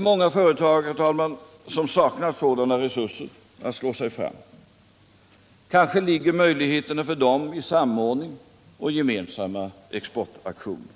Många företag saknar sådana resurser att slå sig fram. Kanske ligger möjligheterna för dem i samordning och gemensamma exportaktioner.